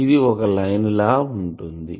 ఇది ఒక లైన్ లాగా ఉంటుంది